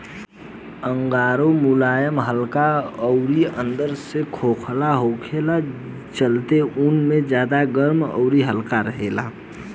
angora मुलायम हल्का अउरी अंदर से खोखला होखला के चलते ऊन से ज्यादा गरम अउरी हल्का रहेला